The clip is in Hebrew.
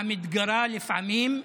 המתגרה לפעמים,